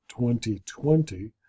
2020